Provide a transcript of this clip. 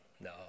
No